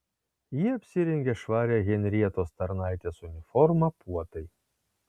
ji apsirengė švarią henrietos tarnaitės uniformą puotai